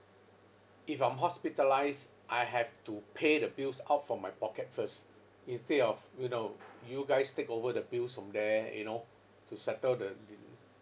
if I'm hospitalised I have to pay the bills out from my pocket first instead of you know you guys take over the bills from there you know to settle the din~